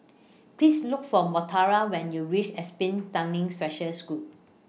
Please Look For Montana when YOU REACH Apsn Tanglin Special School